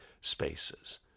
spaces